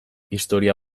historia